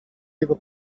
jego